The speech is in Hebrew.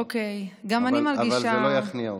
אבל זה לא יכניע אותם.